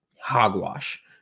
Hogwash